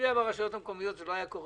אם זה היה ברשויות המקומיות זה לא היה קורה.